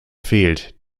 fehlt